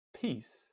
Peace